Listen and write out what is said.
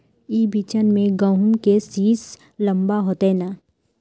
ई बिचन में गहुम के सीस लम्बा होते नय?